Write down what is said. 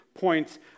points